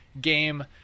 game